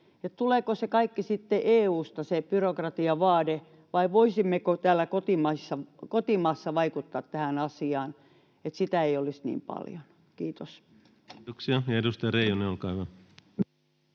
Tuleeko se kaikki byrokratiavaade sitten EU:sta, vai voisimmeko täällä kotimaassa vaikuttaa tähän asiaan, että sitä ei olisi niin paljon? — Kiitos. Kiitoksia. — Ja edustaja Reijonen, olkaa hyvä.